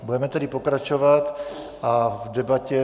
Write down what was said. Budeme tedy pokračovat v debatě.